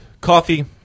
coffee